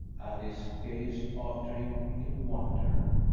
alice gazed after him in wonder.